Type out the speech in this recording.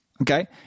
Okay